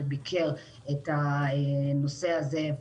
שביקר את הנושא הזה,